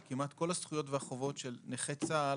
שכמעט כל הזכויות והחובות של נכי צה"ל